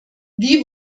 wie